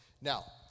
now